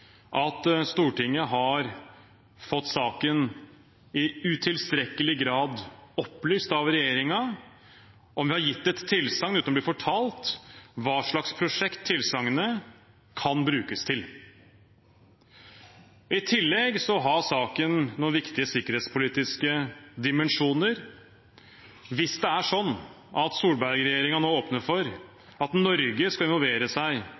om Stortinget har fått saken i utilstrekkelig grad opplyst av regjeringen, og om vi har gitt et tilsagn uten å ha blitt fortalt hva slags prosjekt tilsagnet kan brukes til. I tillegg har saken noen viktige sikkerhetspolitiske dimensjoner. Hvis det er slik at Solberg-regjeringen nå åpner for at Norge skal involvere seg